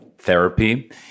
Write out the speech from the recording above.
therapy